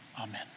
Amen